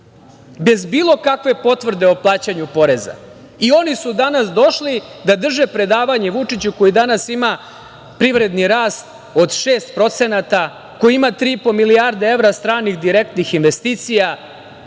bez bilo kakve potvrde o plaćanju poreza. Oni su danas došli da drže predavanje Vučiću, koji danas ima privredni rast od 6%, koji ima 3,5 milijarde evra stranih direktnih investicija,